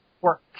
work